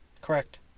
Correct